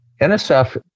NSF